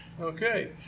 Okay